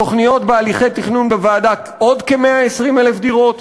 תוכניות בהליכי תכנון בוועדה עוד כ-120,000 דירות.